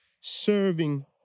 serving